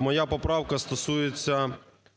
моя поправка стосується